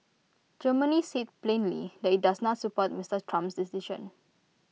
Germany said plainly that IT does not support Mister Trump's decision